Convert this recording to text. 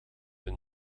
een